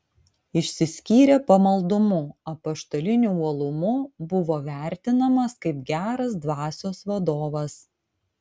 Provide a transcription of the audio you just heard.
išsiskyrė pamaldumu apaštaliniu uolumu buvo vertinamas kaip geras dvasios vadovas